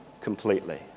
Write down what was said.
completely